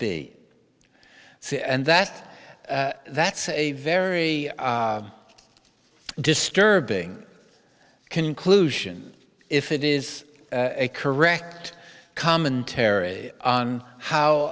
be and that that's a very disturbing conclusion if it is a correct commentary on how